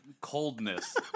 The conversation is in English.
coldness